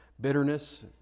Bitterness